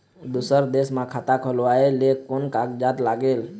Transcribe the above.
दूसर देश मा खाता खोलवाए ले कोन कागजात लागेल?